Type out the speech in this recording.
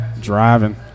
Driving